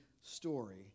story